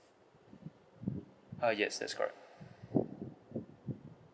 ah yes that's correct